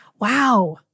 Wow